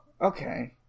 okay